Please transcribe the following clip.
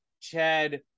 Chad